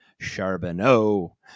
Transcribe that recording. Charbonneau